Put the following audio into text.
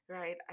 right